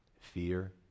fear